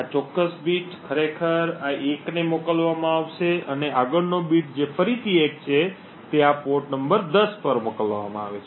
આ ચોક્કસ બીટ ખરેખર આ 1 ને મોકલવામાં આવશે અને આગળનો બીટ જે ફરીથી 1 છે તે આ પોર્ટ 10 પર મોકલવામાં આવશે